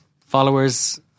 followers